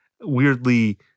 weirdly